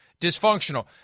dysfunctional